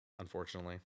unfortunately